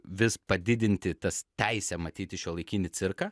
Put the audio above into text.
vis padidinti tas teisę matyti šiuolaikinį cirką